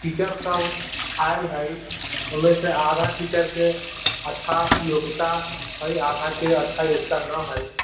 teacher सब आयल हइ ओहिमे से आधी टीचरके अच्छा योग्यता हइ आधाके अच्छा योग्यताना हइ